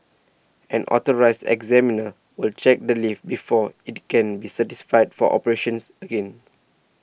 an Authorised Examiner will check the lift before it can be certified for operations again